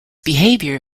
behavior